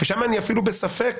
שם אני אפילו בספק